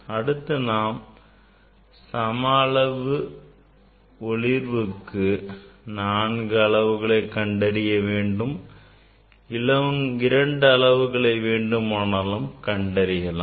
அடுத்து நாம் சம அளவு ஒளிர்வுக்கு நான்கு அளவுகளை கண்டறிய வேண்டும் இரண்டு அளவுகளை வேண்டுமானாலும் கண்டறியலாம்